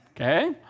Okay